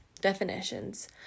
definitions